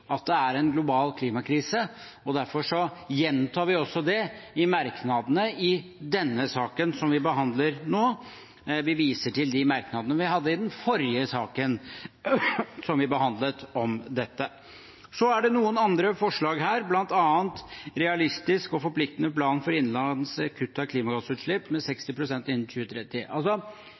at det er en global klimakrise. Derfor gjentar vi også det i merknadene til den saken vi behandler nå, og viser til de merknadene vi hadde i den forrige saken vi behandlet om dette. Så er det noen andre forslag her, bl.a. en realistisk og forpliktende plan for innenlands kutt av klimagassutslipp med 60 pst. innen 2030.